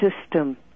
system